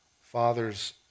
father's